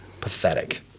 pathetic